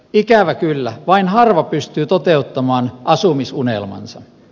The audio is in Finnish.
ikävä kyllä vain harva pystyy toteuttamaan asumis unelmansa